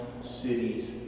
cities